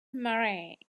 marae